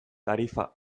tarifa